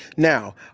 now,